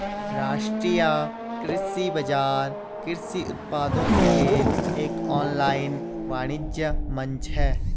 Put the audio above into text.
राष्ट्रीय कृषि बाजार कृषि उत्पादों के लिए एक ऑनलाइन वाणिज्य मंच है